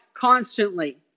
Constantly